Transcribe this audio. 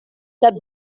that